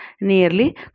nearly